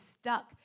stuck